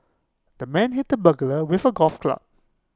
the man hit the burglar with A golf club